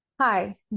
Hi